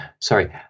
sorry